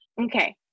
okay